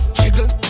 jiggle